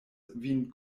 vin